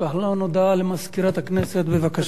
הודעה למזכירת הכנסת, בבקשה.